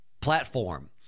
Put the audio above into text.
platform